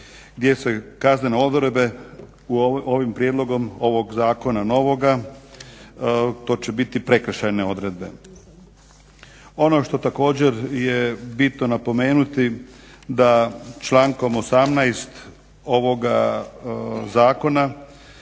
gdje se kaznene odredbe ovim prijedlogom, ovog zakona novoga, to će biti prekršajne odredbe. Ono što također je bitno napomenuti, da člankom 18. ovoga zakona,